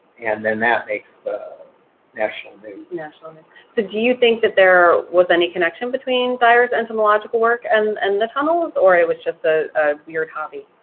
and then that makes the national news. national news. so do you think that there was any connection between dyar's entomological work and and the tunnels or it was just a weird hobby?